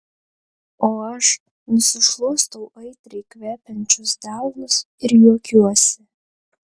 o aš nusišluostau aitriai kvepiančius delnus ir juokiuosi